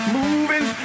moving